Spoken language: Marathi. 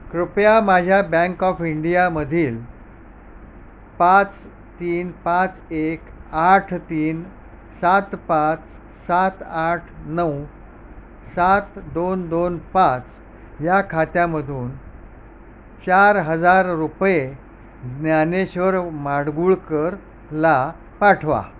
कृपया माझ्या बँक ऑफ इंडियामधील पाच तीन पाच एक आठ तीन सात पाच सात आठ नऊ सात दोन दोन पाच या खात्यामधून चार हजार रुपये ज्ञानेश्वर माडगूळकर ला पाठवा